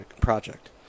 project